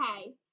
okay